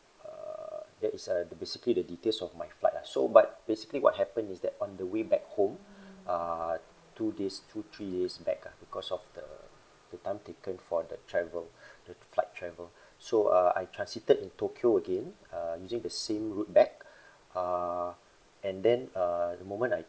err that is err the basically the details of my flight lah so but basically what happened is that on the way back home uh two days two three days back ah because of the the time taken for the travel the flight travel so uh I transited in tokyo again uh using the same route back uh and then uh the moment I